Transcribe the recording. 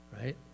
right